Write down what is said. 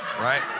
right